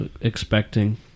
expecting